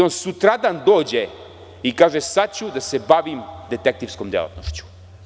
On sutradan dođe i kaže – sada ću da se bavim detektivskom delatnošću.